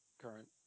current